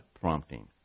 prompting